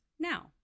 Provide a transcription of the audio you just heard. Now